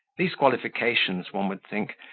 these qualifications, one would think,